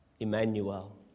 Emmanuel